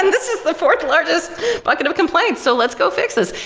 and this is the fourth largest bucket of complaint, so let's go fix this.